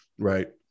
Right